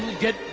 get.